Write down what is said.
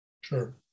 Sure